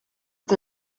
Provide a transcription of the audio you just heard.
est